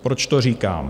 Proč to říkám?